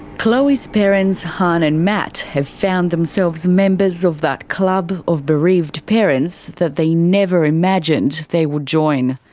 chloe's parents, hanh and matt have found themselves members of that club of bereaved parents that they never imagined they would join.